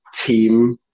team